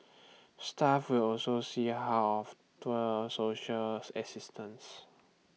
staff will also see how of to A social assistance